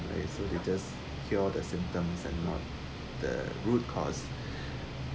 so they just cure the symptoms and not the root cause